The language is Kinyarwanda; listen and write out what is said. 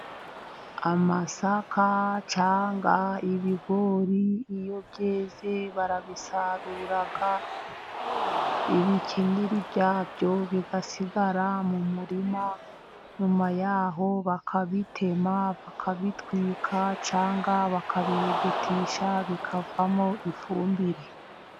Amasaka cyangwa ibigori, iyo byeze barabisarura ibikenyeri byabyo bigasigara mu murima, nyuma y'aho bakabitema bakabitwika cyangwa bakabiwugutisha bikavamo ifumbire.